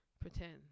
pretend